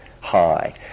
high